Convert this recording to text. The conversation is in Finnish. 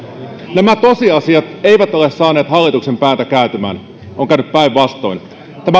nämä tosiasiat eivät ole saaneet hallituksen päätä kääntymään on käynyt päinvastoin